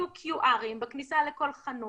יהיה QR בכניסה לכל חנות.